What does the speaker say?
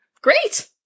Great